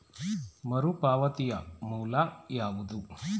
ಮರುಪಾವತಿಯ ಮೂಲ ಯಾವುದು?